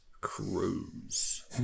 cruise